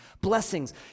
blessings